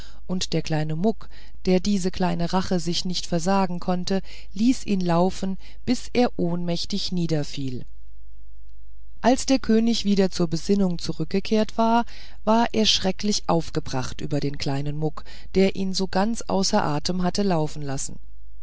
und der kleine muck der diese kleine rache sich nicht versagen konnte ließ ihn laufen bis er ohnmächtig niederfiel als der könig wieder zur besinnung zurückgekehrt war war er schrecklich aufgebracht über den kleinen muck der ihn so ganz außer atem hatte laufen lassen